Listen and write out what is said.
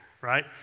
right